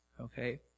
Okay